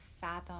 fathom